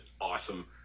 awesome